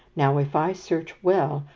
now if i search well,